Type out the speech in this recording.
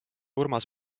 urmas